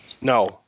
No